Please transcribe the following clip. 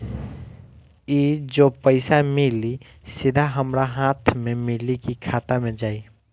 ई जो पइसा मिली सीधा हमरा हाथ में मिली कि खाता में जाई?